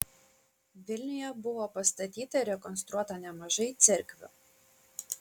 vilniuje buvo pastatyta ir rekonstruota nemažai cerkvių